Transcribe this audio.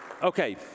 Okay